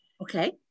Okay